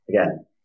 again